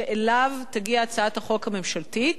שאליו תגיע הצעת החוק הממשלתית.